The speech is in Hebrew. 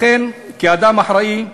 לכן, כאדם אחראי,